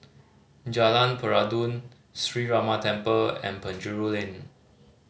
Jalan Peradun Sree Ramar Temple and Penjuru Lane